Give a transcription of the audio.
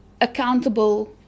accountable